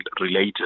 related